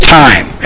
time